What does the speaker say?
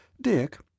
Dick